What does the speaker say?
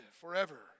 forever